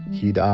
he'd um